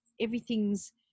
Everything's